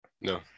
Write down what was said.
No